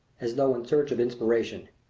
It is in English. as though in search of inspiration.